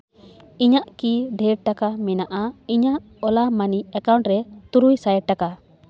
ᱤᱧᱟᱹᱜ ᱠᱤ ᱰᱷᱮᱨ ᱴᱟᱠᱟ ᱢᱮᱱᱟᱜᱼᱟ ᱤᱧᱟᱹᱜ ᱳᱞᱟ ᱢᱟᱹᱱᱤ ᱮᱠᱟᱣᱩᱱᱴ ᱨᱮ ᱛᱩᱨᱩᱭ ᱥᱟᱭ ᱴᱟᱠᱟ